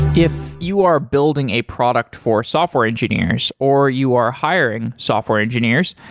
if you are building a product for software engineers, or you are hiring software engineers,